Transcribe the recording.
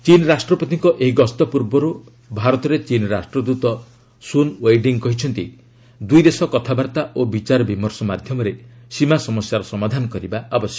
ଚୀନ ରାଷ୍ଟ୍ରପତିଙ୍କ ଏହି ଗସ୍ତ ପୂର୍ବରୁ ଭାରତରେ ଚୀନ ରାଷ୍ଟ୍ରଦୃତ ଶୃନ୍ ଓ୍ବେଇଡଙ୍ଗ୍ କହିଛନ୍ତି ଦୁଇଦେଶ କଥାବାର୍ତ୍ତା ଓ ବିଚାରବିମର୍ଶ ମାଧ୍ୟମରେ ସୀମା ସମସ୍ୟାର ସମାଧାନ କରିବା ଉଚିତ